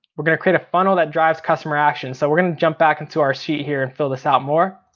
we're gonna create a funnel that drives customer action. so we're gonna jump back into our sheet here and fill this out more.